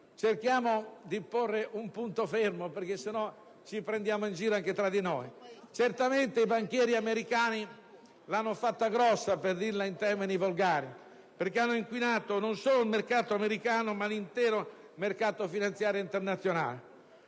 cerchiamo di porre un punto fermo, altrimenti ci prendiamo in giro anche tra di noi. Certamente i banchieri americani l'hanno fatta grossa (per dirla in termini volgari), perché hanno inquinato non solo quello americano, ma l'intero mercato finanziario internazionale.